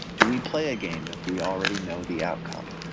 do we play a game if we already know the outcome?